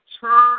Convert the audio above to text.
turn